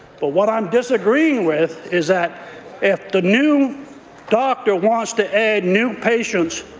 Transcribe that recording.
but what i am disagreeing with is that if the new doctor wants to add new patients,